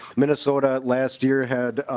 minnesota last year had